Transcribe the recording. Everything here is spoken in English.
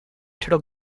turtle